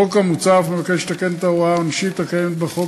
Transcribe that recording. החוק המוצע אף מבקש לתקן את ההוראה העונשית הקיימת בחוק